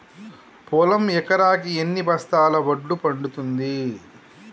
పొలం ఎకరాకి ఎన్ని బస్తాల వడ్లు పండుతుంది?